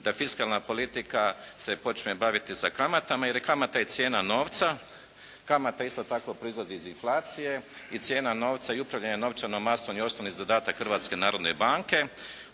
da fiskalna politika se počne baviti sa kamatama jer kamata je cijena novca. Kamata isto tako proizlazi iz inflacije i cijena novca i upravljanje novčanom masom je osnovni zadatak Hrvatske narodne banke.